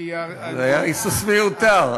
זה היה היסוס מיותר.